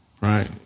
right